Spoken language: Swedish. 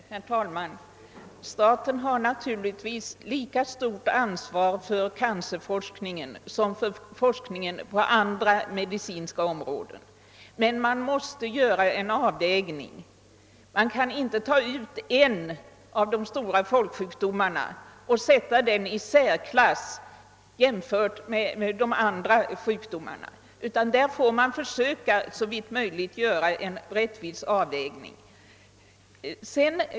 Herr talman! Staten har naturligtvis lika stort ansvar för cancerforskningen som för forskningen på andra medicinska områden, men man måste göra en rättvis avvägning. Man kan inte sätta en av de stora folksjukdomarna i särklass jämfört med andra sjukdomar.